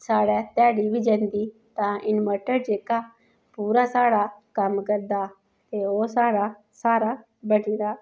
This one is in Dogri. साढ़ै ध्याड़ी बी जंदी तां इनवर्टर जेह्का पूरा साढ़ा कम्म करदा ते ओह् साढ़ा स्हारा बनी दा